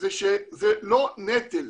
זה שזה לא נטל.